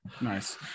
Nice